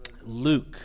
Luke